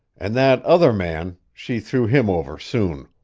and that other man she threw him over, soon.